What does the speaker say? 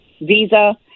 Visa